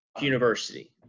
university